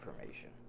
information